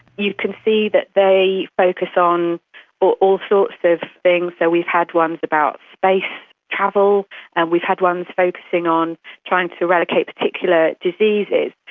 you can see that they focus on all sorts of things, so we've had ones about space travel and we've had ones focusing on trying to eradicate particular diseases.